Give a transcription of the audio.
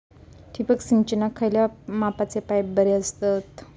ठिबक सिंचनाक खयल्या मापाचे पाईप बरे असतत?